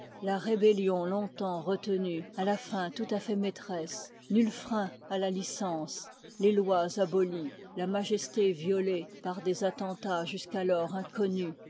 la rébellion longtemps retenue à la fin tout à fait maîtresse nul frein à la licence les lois abolies la majesté violée par des attentats jusqu'alors inconnus